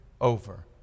over